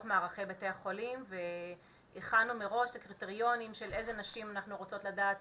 מערכי בית החולים והכנו מראש את הקריטריונים של איזה נשים אנחנו רוצות לדעת